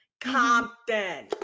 Compton